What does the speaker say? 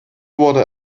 wurde